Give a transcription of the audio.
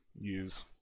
use